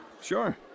Sure